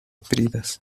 bridas